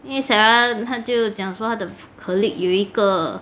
因为 sarah 她就讲说她的 colleague 有一个